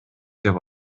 деп